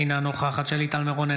אינה נוכחת שלי טל מירון,